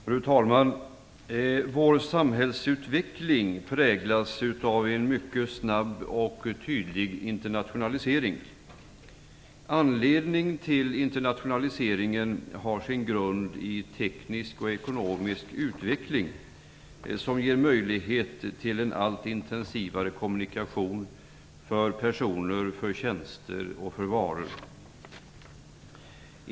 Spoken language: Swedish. Fru talman! Vår samhällsutveckling präglas av en mycket snabb och tydlig internationalisering. Internationaliseringen har sin grund i teknisk och ekonomisk utveckling, som ger möjlighet till en allt intensivare kommunikation för personer, tjänster och varor.